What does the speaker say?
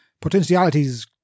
Potentialities